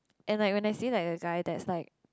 and like when I say there is a guy that is like